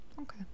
Okay